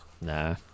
Nah